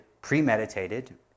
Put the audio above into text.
premeditated